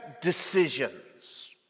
decisions